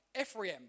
Ephraim